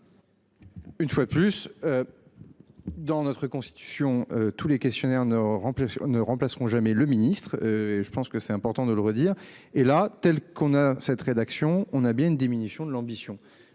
Une fois de plus. Dans notre Constitution. Tous les questionnaires ne remplis ne remplaceront jamais le ministre et je pense que c'est important de le redire. Et là, telle qu'on a cette rédaction on a bien une diminution de l'ambition